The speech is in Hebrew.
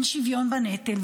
אין שוויון בנטל,